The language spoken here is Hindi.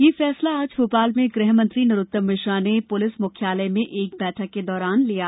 यह फैसला आज भोपाल में गृहमंत्री नरोत्तम मिश्रा ने पुलिस मुख्यालय में एक बैठक के दौरान लिया